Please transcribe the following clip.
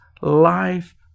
life